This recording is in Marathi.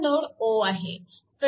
हा नोड O आहे